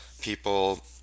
people